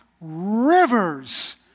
rivers